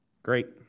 Great